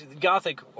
gothic